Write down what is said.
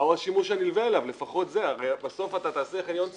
אני רוצה לקחת את החניון למטה,